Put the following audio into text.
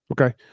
Okay